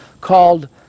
called